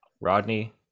Rodney